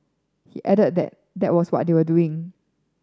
he added that that was what they were doing